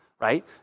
right